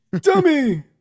Dummy